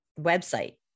website